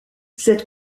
cette